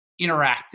interactive